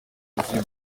inzego